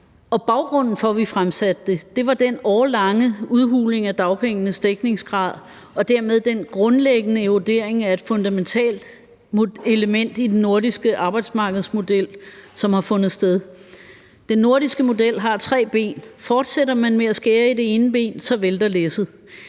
og baggrunden for, at vi fremsatte det, var den årelange udhuling af dagpengenes dækningsgrad og dermed den grundliggende erodering af et fundamentalt element i den nordiske arbejdsmarkedsmodel, som har fundet sted. Den nordiske model har tre ben. Fortsætter man med at skære i det ene ben, vælter læsset.